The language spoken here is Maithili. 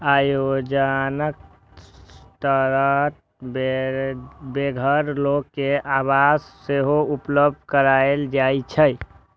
अय योजनाक तहत बेघर लोक कें आवास सेहो उपलब्ध कराएल जाइ छै